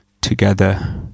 together